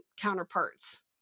counterparts